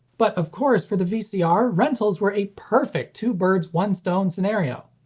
but of course, for the vcr, rentals were a perfect two birds one stone scenario.